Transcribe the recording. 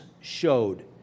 showed